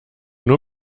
nur